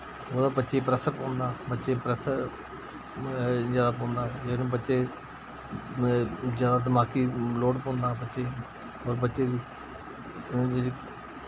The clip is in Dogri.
उ'दा बच्चे प्रैशर पौंदा बच्चे प्रैशर जैदा पौंदा जीनु बच्चे जैदा दमाकी लोड़ पौंदा बच्चे और बच्चे दी हु'न जेह्ड़ी